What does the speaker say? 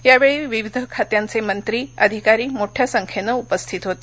यावेळी विविध खात्यांचे मंत्री अधिकारी मोठ्या संख्येने उपस्थित होते